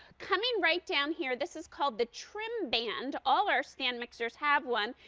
coming right down here, this is called the trim band, all our stand mixers have won.